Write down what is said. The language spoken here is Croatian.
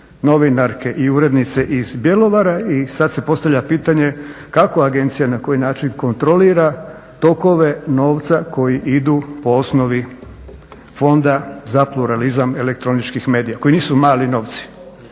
novinarke i urednice iz Bjelovare i sad se postavlja pitanje kako agencija, na koji način kontrolira tokove novca koji idu po osnovi Fonda za pluralizam elektroničkih medija koji nisu mali novci.